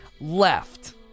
left